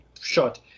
shot